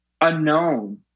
unknown